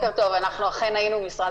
בוחרים לעבוד במשרות